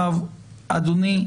אדוני,